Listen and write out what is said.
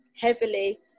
heavily